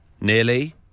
Nearly